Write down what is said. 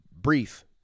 brief